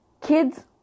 Kids